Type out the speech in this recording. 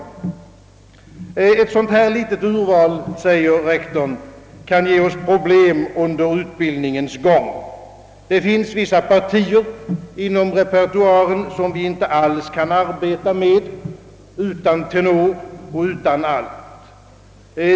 Ett sådant här litet urval, säger rektorn, kan ge oss problem under utbildningens gång. Det finns vissa partier inom repertoaren, som vi inte alls kan arbeta med utan tenor och utan alt.